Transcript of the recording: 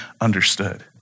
understood